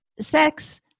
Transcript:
sex